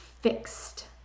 fixed